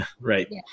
Right